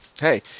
hey